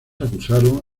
acusaron